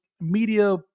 media-